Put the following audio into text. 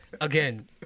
again